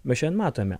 mes šiandien matome